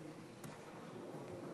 שלום,